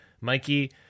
Mikey